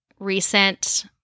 Recent